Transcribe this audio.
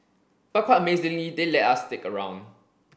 but quite amazingly they let us stick around